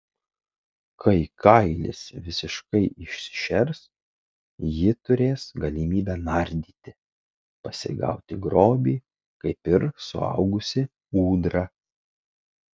kai kailis visiškai išsišers ji turės galimybę nardyti pasigauti grobį kaip ir suaugusi ūdra